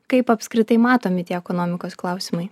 kaip apskritai matomi tie ekonomikos klausimai